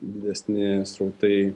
didesni srautai